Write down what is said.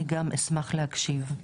אני גם אשמח להקשיב,